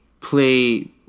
play